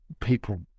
people